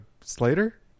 Slater